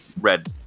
red